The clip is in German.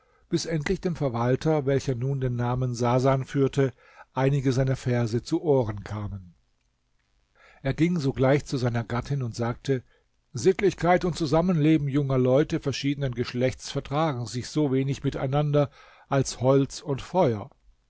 bis endlich dem verwalter welcher nun den namen sasan führte einige seiner verse zu ohren kamen er ging sogleich zu seiner gattin und sagte sittlichkeit und zusammenleben junger leute verschiedenen geschlechts vertragen sich so wenig miteinander als holz und feuer